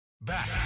Back